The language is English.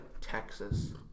Texas